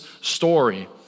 story